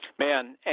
Man